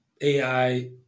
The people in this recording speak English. AI